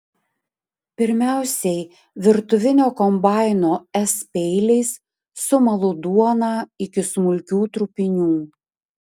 pirmiausiai virtuvinio kombaino s peiliais sumalu duoną iki smulkių trupinių